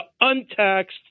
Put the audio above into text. untaxed